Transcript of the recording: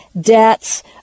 debts